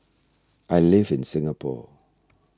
I live in Singapore